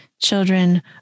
children